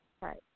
Right